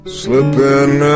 slipping